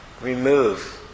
remove